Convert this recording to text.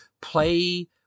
play